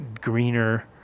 greener